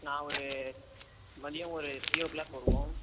நான் ஒரு மதியம் ஒரு த்ரீ ஓ க்ளாக் வருவோம்